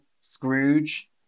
Scrooge